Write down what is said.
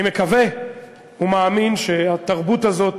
אני מקווה ומאמין שהתרבות הזאת